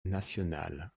national